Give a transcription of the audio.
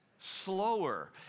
slower